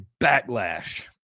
backlash